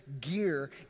gear